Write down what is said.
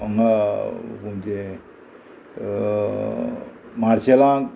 हांगा आमचें मार्सेलाक